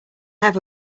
have